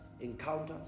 encounters